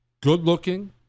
good-looking